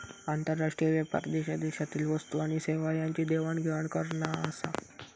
आंतरराष्ट्रीय व्यापार देशादेशातील वस्तू आणि सेवा यांची देवाण घेवाण करना आसा